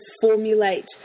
formulate